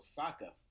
Osaka